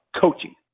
coaching